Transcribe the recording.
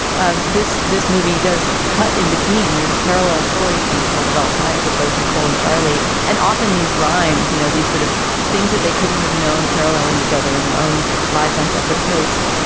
ah this this movie does cut in between. there's parallel stories being told at all times that both nicole and charlie. and often these rhymes, you know, these sort of things that they couldn't have known paralleling each other in their own lives on separate coasts.